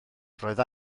roedd